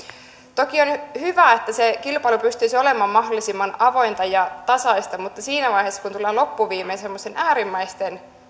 toki on hyvä että kilpailu pystyisi olemaan mahdollisimman avointa ja tasaista mutta siinä vaiheessa kun tulee loppuviimeksi semmoisten äärimmäisten